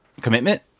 commitment